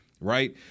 right